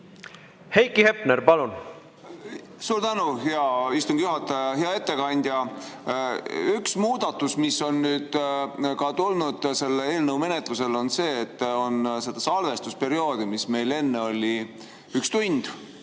Heiki Hepner, palun! Suur tänu, hea istungi juhataja! Hea ettekandja! Üks muudatus, mis on ka tulnud selle eelnõu menetlusel, on see, et salvestusperiood, mis meil enne oli arvestatuna